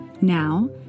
Now